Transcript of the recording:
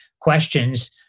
questions